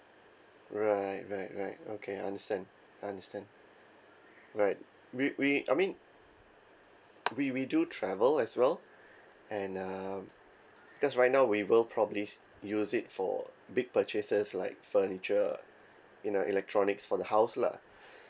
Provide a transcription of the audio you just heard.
right right right okay understand understand right we we I mean we we do travel as well and uh because right now we will probably use it for big purchases like furniture you know electronics for the house lah